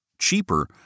cheaper